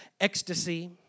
ecstasy